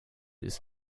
ist